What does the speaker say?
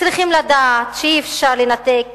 צריכים לדעת שאי-אפשר לנתק